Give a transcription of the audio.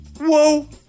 Whoa